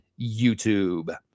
YouTube